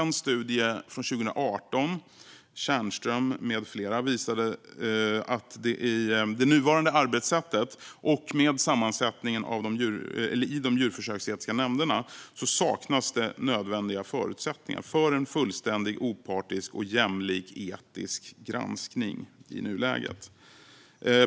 En studie från 2018 av Tjärnström med flera visar att det med det nuvarande arbetssättet och med sammansättningen i de djurförsöksetiska nämnderna i nuläget saknas nödvändiga förutsättningar för en fullständig, opartisk och jämlik etisk granskning.